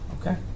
Okay